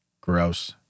gross